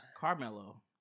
Carmelo